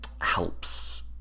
helps